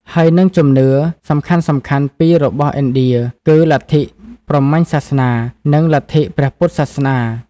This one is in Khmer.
ហើយនិងជំនឿ សំខាន់ៗពីររបស់ឥណ្ឌា គឺលិទ្ធិព្រហ្មញ្ញសាសនា និងលិទ្ធិព្រះពុទ្ធសាសនា។